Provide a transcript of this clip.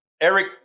Eric